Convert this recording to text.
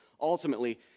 ultimately